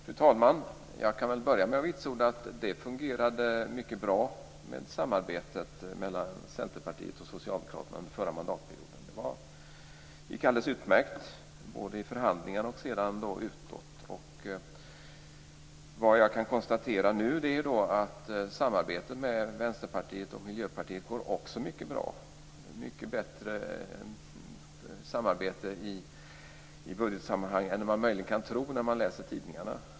Fru talman! Jag kan börja med att vitsorda att samarbetet mellan Centerpartiet och Socialdemokraterna fungerade mycket bra under förra mandatperioden. Det gick alldeles utmärkt både i förhandlingar och utåt. Vad jag kan konstatera nu är att samarbetet med Vänsterpartiet och Miljöpartiet också går mycket bra. Det är ett mycket bättre samarbete i budgetsammanhang än vad man möjligen kan tro när man läser tidningarna.